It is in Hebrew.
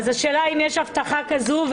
אז השאלה אם יש הבטחה כזו.